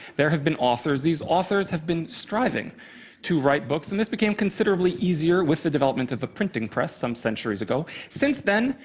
there have been authors. these authors have been striving to write books. and this became considerably easier with the development of the printing press some centuries ago. since then,